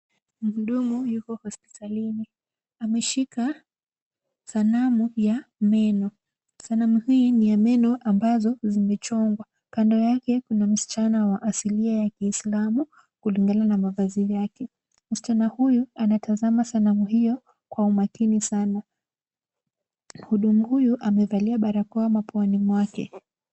Mhudumu yuko hospitalini. Ameshika sanamu ya meno. Sanamu hii ni ya meno ambazo zimechongwa. Kando yake kuna msichana wa asilia ya kiislamu kulingana na mavazi yake. Msichana huyu anatazama sanamu hiyo kwa umakini sana. Mhudumu huyu amevalia barakoa mapuani mwake.